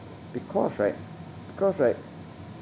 because right because right